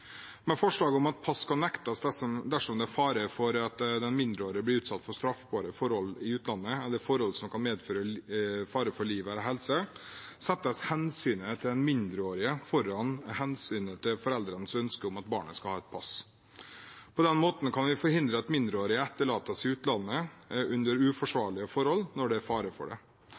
Med forslaget om at pass skal nektes dersom det er fare for at den mindreårige blir utsatt for straffbare forhold i utlandet eller forhold som kan medføre fare for liv eller helse, settes hensynet til den mindreårige foran hensynet til foreldrenes ønske om at barnet skal ha et pass. På den måten kan vi forhindre at mindreårige etterlates i utlandet under uforsvarlige forhold, når det er fare for det.